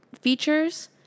features